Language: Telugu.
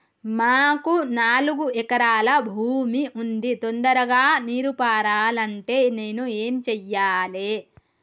మాకు నాలుగు ఎకరాల భూమి ఉంది, తొందరగా నీరు పారాలంటే నేను ఏం చెయ్యాలే?